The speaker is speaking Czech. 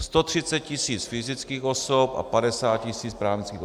130 tisíc fyzických osob a 50 tisíc právnických osob.